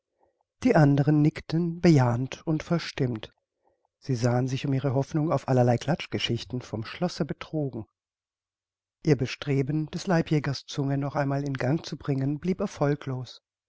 die andern nickten bejahend und verstimmt sie sahen sich um ihre hoffnung auf allerlei klatschgeschichten vom schlosse betrogen ihr bestreben des leibjägers zunge noch einmal in gang zu bringen blieb erfolglos